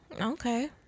Okay